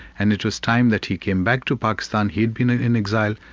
and it was time that he came back to pakistan, he'd been in exile,